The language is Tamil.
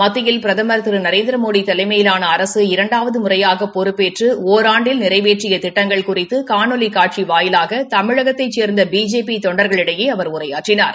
மத்தியில் பிரதம் திரு நரேந்திரமோடி தலைமையிலான அரசு இரண்டாவது முறையாக பொறுப்பேற்று ஒராண்டில் நிறைவேற்றிய திட்டங்கள் குறித்து காணொலி காட்சி வாயிலாக தமிழகத்தைச் சேர்ந்த பிஜேபி தொண்டர்களிடையே அவர் உரையாற்றினார்